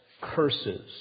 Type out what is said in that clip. curses